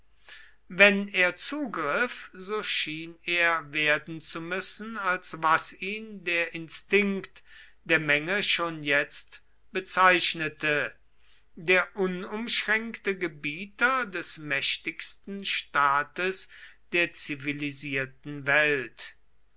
wenn er zugriff so schien er werden zu müssen als was ihn der instinkt der menge schon jetzt bezeichnete der unumschränkte gebieter des mächtigsten staates der zivilisierten welt